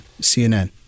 CNN